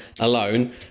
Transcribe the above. alone